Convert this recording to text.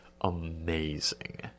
amazing